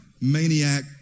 maniac